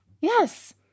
yes